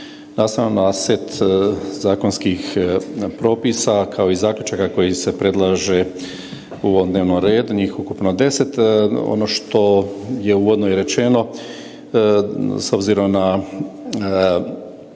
Nastavno na set zakonskih propisa kao i zaključaka koji se predlaže u ovom dnevnom redu, njih ukupno 10, ono što je uvodno i rečeno s obzirom na